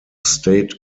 state